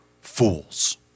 fools